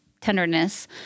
tenderness